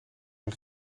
een